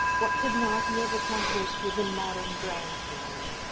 what could not he have accomplished with the modern grand piano?